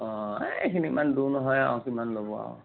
অ এই এইখিনি ইমান দূৰ নহয় আৰু কিমান ল'ব আৰু